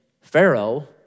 Pharaoh